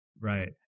Right